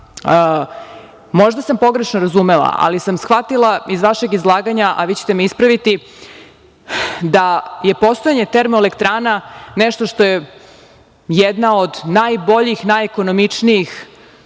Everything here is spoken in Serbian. Možda sam pogrešno razumela, ali sam shvatila iz vašeg izlaganja, a vi ćete me ispraviti, da je postojanje termoelektrana, nešto što je jedna od najboljih, najekonomičnijih